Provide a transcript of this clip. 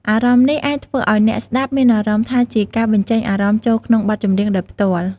អារម្មណ៍នេះអាចធ្វើឲ្យអ្នកស្តាប់មានអារម្មណ៍ថាជាការបញ្ចេញអារម្មណ៍ចូលក្នុងបទចម្រៀងដោយផ្ទាល់។